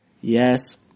Yes